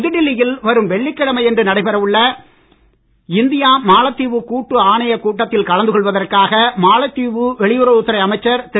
புதுடெல்லியில் வரும் வெள்ளியன்று நடைபெற உள்ள இந்தியா மாலத்தீவு கூட்டு ஆணையக் கூட்டத்தில் கலந்து கொள்வதற்காக மாலத்தீவு வெளியுறவுத்துறை அமைச்சர் திரு